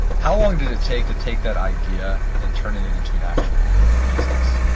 how long did it take to take that idea and turn it it into an actual business?